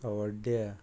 तवड्ड्या